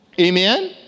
Amen